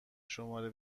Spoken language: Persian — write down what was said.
شماره